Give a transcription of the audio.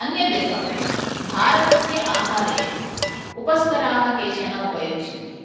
अन्यदेकं भारतस्य आहारेषु उपस्कराः केचन उपयुज्यन्ते